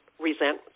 resent